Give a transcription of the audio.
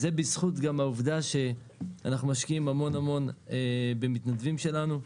זה בזכות גם העובדה שאנחנו משקיעים המון המון במתנדבים שלנו.